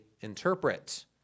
interpret